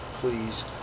Please